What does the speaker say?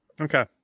Okay